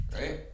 right